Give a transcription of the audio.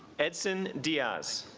edson diaz